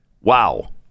Wow